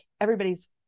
everybody's